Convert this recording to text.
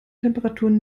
temperaturen